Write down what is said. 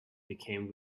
became